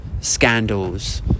scandals